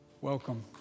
Welcome